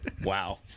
Wow